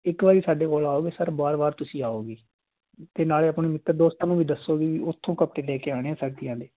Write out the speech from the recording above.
ਇੱਕ ਵਾਰੀ ਸਾਡੇ ਕੋਲ ਆਓਗੇ ਸਰ ਵਾਰ ਵਾਰ ਤੁਸੀਂ ਆਓਗੇ ਅਤੇ ਨਾਲੇ ਆਪਣੇ ਮਿੱਤਰ ਦੋਸਤਾਂ ਨੂੰ ਵੀ ਦੱਸੋ ਵੀ ਉੱਥੋ ਕੱਪੜੇ ਲੈ ਕੇ ਆਉਣੇ ਹੈ ਸਰਦੀਆਂ ਦੇ